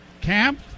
Camp